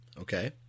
okay